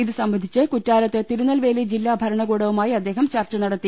ഇത് സംബന്ധിച്ച് കുറ്റാ ലത്ത് തിരുനൽവേലി ജില്ലാ ഭരണകൂടവുമായി അദ്ദേഹം ചർച്ച നട ത്തി